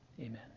Amen